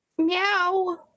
meow